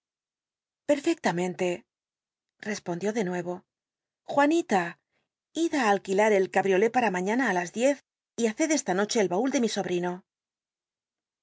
perfectamente respondió de nuevo uanita iba á alquilar el cabriolé para mañana á ias diez y haced esta nocbe el baul de mi sohl'ino